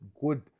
good